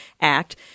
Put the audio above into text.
Act